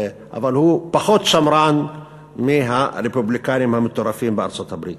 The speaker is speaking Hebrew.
אבל הוא פחות שמרן מהרפובליקנים המטורפים בארצות-הברית.